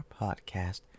Podcast